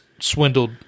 Swindled